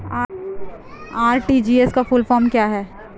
RTGS का full form क्या है?